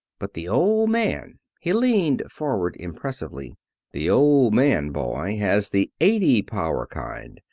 but the old man, he leaned forward impressively the old man, boy, has the eighty-power kind,